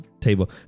table